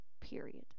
period